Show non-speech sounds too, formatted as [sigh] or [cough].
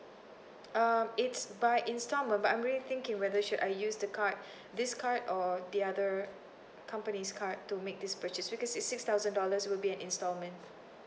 um it's by instalment but I'm really thinking whether should I use the card [breath] this card or the other company's card to make this purchase because it's six thousand dollars will be an instalment